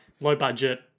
low-budget